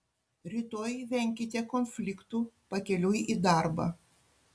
rytoj venkite konfliktų pakeliui į darbą